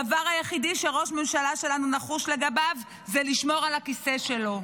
הדבר היחיד שראש הממשלה שלנו נחוש לגביו הוא לשמור על הכיסא שלו.